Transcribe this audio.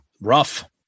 Rough